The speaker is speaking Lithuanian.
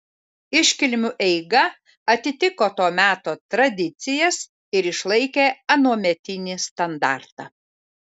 iškilmių eiga atitiko to meto tradicijas ir išlaikė anuometinį standartą